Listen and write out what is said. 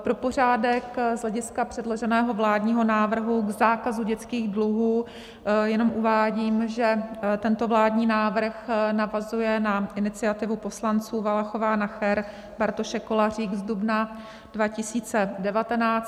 Pro pořádek z hlediska předloženého vládního návrhu k zákazu dětských dluhů jenom uvádím, že tento vládní návrh navazuje na iniciativu poslanců Valachová, Nacher, Bartošek, Kolářík z dubna 2019.